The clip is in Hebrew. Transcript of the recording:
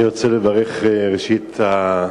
אני רוצה לברך, ראשית,